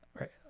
right